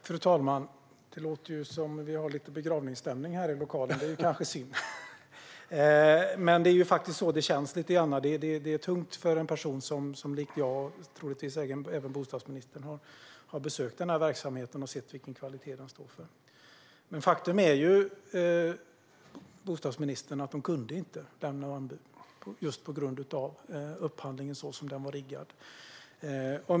Fru talman! Det låter som om vi har begravningsstämning här i lokalen. Det är kanske synd. Men det känns faktiskt så. Det är tungt för en person som mig, och kanske även bostadsministern, som har besökt den här verksamheten och sett vilken kvalitet den står för. Faktum är, bostadsministern, att de inte kunde lämna anbud på grund av hur upphandlingen var riggad.